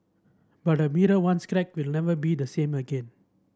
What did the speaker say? but a mirror once cracked will never be the same again